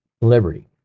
liberty